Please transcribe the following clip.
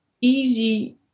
easy